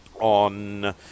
on